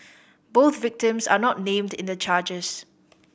both victims are not named in the charges